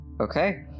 Okay